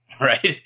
right